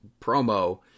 promo